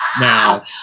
Now